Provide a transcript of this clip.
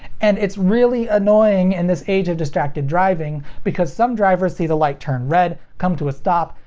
and it's really annoying in this age of distracted driving, because some drivers see the light turning red, come to a stop,